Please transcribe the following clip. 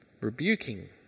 Rebuking